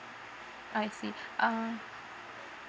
I see uh